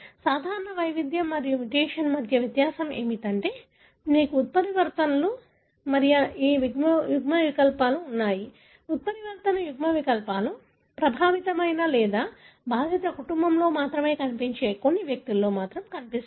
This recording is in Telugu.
సాధారణ వైవిధ్యం మరియు మ్యుటేషన్ మధ్య వ్యత్యాసం ఏమిటంటే మీకు ఉత్పరివర్తనలు మరియు ఈ యుగ్మవికల్పాలు ఉన్నాయి ఉత్పరివర్తన యుగ్మవికల్పాలు ప్రభావితమైన లేదా బాధిత కుటుంబంలో మాత్రమే కనిపించే కొన్ని వ్యక్తులలో మాత్రమే కనిపిస్తాయి